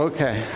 Okay